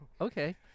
Okay